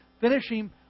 finishing